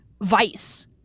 vice